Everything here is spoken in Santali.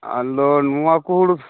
ᱟᱫᱚ ᱱᱚᱣᱟ ᱠᱚ ᱦᱩᱲᱩ